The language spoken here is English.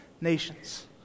nations